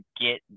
get